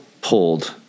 pulled